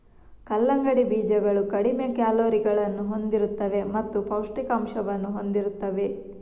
ಕಲ್ಲಂಗಡಿ ಬೀಜಗಳು ಕಡಿಮೆ ಕ್ಯಾಲೋರಿಗಳನ್ನು ಹೊಂದಿರುತ್ತವೆ ಮತ್ತು ಪೌಷ್ಠಿಕಾಂಶವನ್ನು ಹೊಂದಿರುತ್ತವೆ